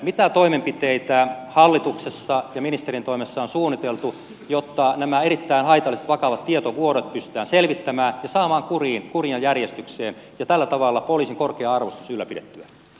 mitä toimenpiteitä hallituksessa ja ministerin toimessa on suunniteltu jotta nämä erittäin haitalliset vakavat tietovuodot pystytään selvittämään ja saamaan kuriin ja järjestykseen ja tällä tavalla poliisin korkea arvostus ylläpidettyä